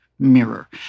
mirror